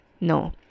no